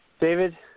David